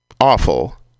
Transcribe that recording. awful